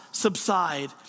subside